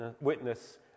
witness